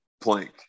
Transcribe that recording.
plank